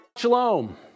Shalom